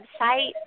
website